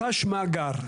מת"ש מאגר.